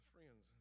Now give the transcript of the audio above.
Friends